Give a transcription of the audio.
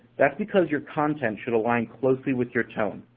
that's because your content should align closely with your tone.